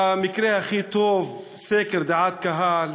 במקרה הכי טוב: סקר דעת קהל.